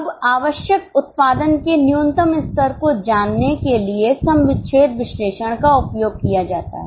अब आवश्यक उत्पादन के न्यूनतम स्तर को जानने के लिए सम विच्छेद विश्लेषण का उपयोग किया जाता है